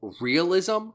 realism